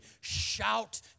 shout